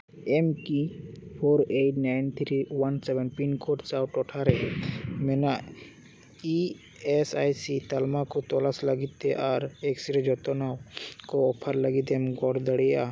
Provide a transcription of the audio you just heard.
ᱟᱢᱠᱤ four eight nine three one seven pin code ᱥᱟᱶ ᱴᱚᱴᱷᱟ ᱨᱮ ᱢᱮᱱᱟᱜ ᱤ ᱮᱥ ᱟᱭ ᱥᱤ ᱛᱟᱞᱢᱟ ᱠᱚ ᱛᱚᱞᱟᱥ ᱞᱟᱹᱜᱤᱫ ᱛᱮ ᱟᱨ ᱮᱠᱥᱨᱮ ᱡᱚᱛᱚᱱᱟᱣ ᱠᱚ ᱚᱯᱷᱟᱨ ᱞᱟᱹᱜᱤᱫ ᱮᱢ ᱜᱚᱲᱚ ᱫᱟᱲᱮᱭᱟᱜᱼᱟ